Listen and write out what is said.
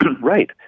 Right